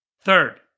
Third